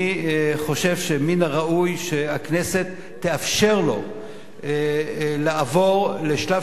אני חושב שמן הראוי שהכנסת תאפשר לו לעבור לשלב